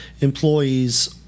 employees